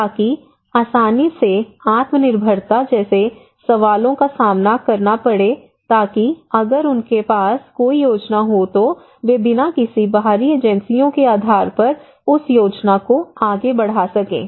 ताकि आसानी से आत्मनिर्भरता जैसे सवालों का सामना करना पड़े ताकि अगर उनके पास कोई योजना हो तो वे बिना किसी बाहरी एजेंसियों के आधार पर उस योजना को आगे बढ़ा सकें